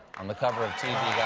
on the cover of tv